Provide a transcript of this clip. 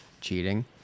cheating